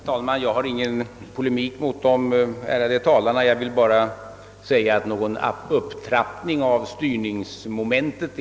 Herr talman! Jag vill inte föra någon polemik mot de ärade talarna. Jag vill bara säga att det inte är fråga om någon upptrappning av styrningsmomentet.